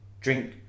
Drink